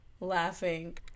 laughing